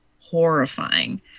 horrifying